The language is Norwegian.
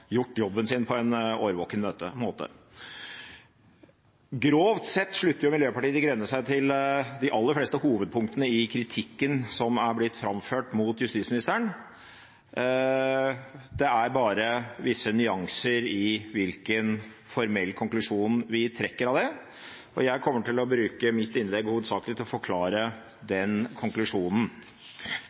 gjort jobben sin på en årvåken måte. Grovt sett slutter Miljøpartiet De Grønne seg til de aller fleste hovedpunktene i kritikken som er blitt framført mot justisministeren – det er bare visse nyanser i hvilken formell konklusjon vi trekker av det. Jeg kommer til å bruke mitt innlegg hovedsakelig til å forklare den konklusjonen.